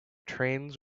trains